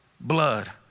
blood